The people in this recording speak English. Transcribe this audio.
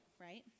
right